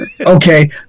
Okay